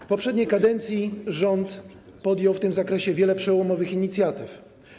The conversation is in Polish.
W poprzedniej kadencji rząd podjął w tym zakresie wiele przełomowych inicjatyw.